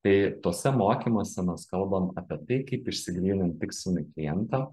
tai tuose mokymuose mes kalbam apie tai kaip išsigrynint tikslinį klientą